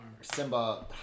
Simba